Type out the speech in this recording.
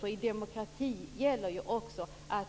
För i en demokrati gäller ju också att